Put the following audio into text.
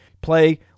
Play